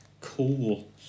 Cool